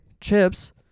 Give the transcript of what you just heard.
Chips